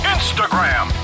Instagram